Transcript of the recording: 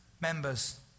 members